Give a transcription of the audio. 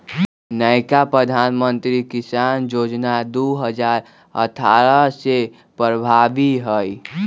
नयका प्रधानमंत्री किसान जोजना दू हजार अट्ठारह से प्रभाबी हइ